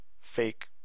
fake